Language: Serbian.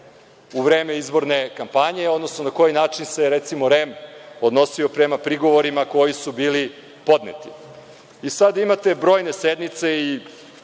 u vreme izborne kampanje, odnosno na koji način se recimo, REM odnosio prema prigovorima koji su bili podneti. Sada, imate brojne sednice i